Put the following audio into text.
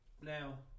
Now